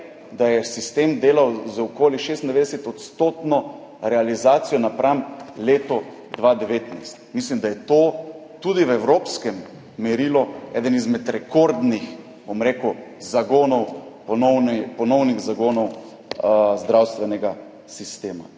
da je sistem delal z okoli 96-odstotno realizacijo napram letu 2019. Mislim, da je to tudi v evropskem merilu eden izmed rekordnih, bom rekel, zagonov, ponovnih zagonov zdravstvenega sistema.